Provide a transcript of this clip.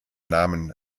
namen